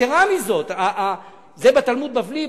יתירה מזאת, זה בתלמוד בבלי.